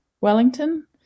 Wellington